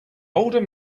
older